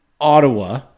Ottawa